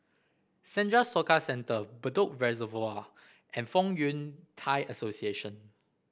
Senja Soka Centre Bedok Reservoir and Fong Yun Thai Association